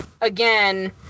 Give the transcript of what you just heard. again